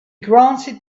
granted